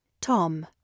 Tom